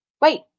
wait